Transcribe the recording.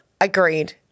Agreed